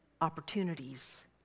opportunities